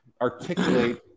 articulate